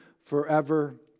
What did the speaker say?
forever